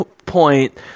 point